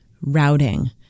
routing